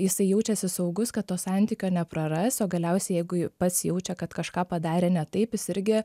jisai jaučiasi saugus kad to santykio nepraras o galiausiai jeigu pats jaučia kad kažką padarė ne taip jis irgi